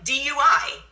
DUI